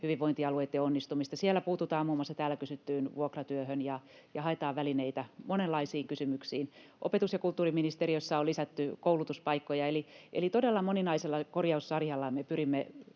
hyvinvointialueitten onnistumista. Siellä puututaan muun muassa täällä kysyttyyn vuokratyöhön ja haetaan välineitä monenlaisiin kysymyksiin. Opetus- ja kulttuuriministeriössä on lisätty koulutuspaikkoja, eli todella moninaisella korjaussarjalla me pyrimme